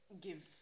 give